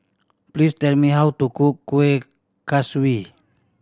please tell me how to cook Kuih Kaswi